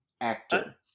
actor